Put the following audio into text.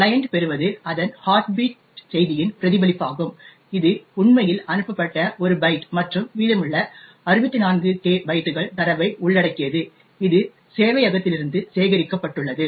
எனவே கிளையன்ட் பெறுவது அதன் ஹார்ட் பீட் செய்தியின் பிரதிபலிப்பாகும் இது உண்மையில் அனுப்பப்பட்ட ஒரு பைட் மற்றும் மீதமுள்ள 64K பைட்டுகள் தரவை உள்ளடக்கியது இது சேவையகத்திலிருந்து சேகரிக்கப்பட்டுள்ளது